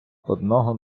одного